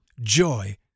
joy